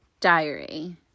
Diary